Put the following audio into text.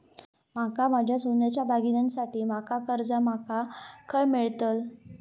माका माझ्या सोन्याच्या दागिन्यांसाठी माका कर्जा माका खय मेळतल?